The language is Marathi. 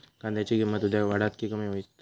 कांद्याची किंमत उद्या वाढात की कमी होईत?